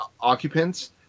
occupants